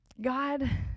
God